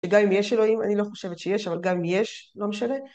וגם אם יש אלוהים, אני לא חושבת שיש, אבל גם אם יש, לא משנה.